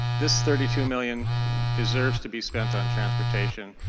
this thirty two million deserves to be spent on transportation.